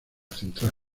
central